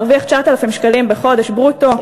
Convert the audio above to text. מרוויח 9,000 שקלים בחודש ברוטו,